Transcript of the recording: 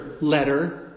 letter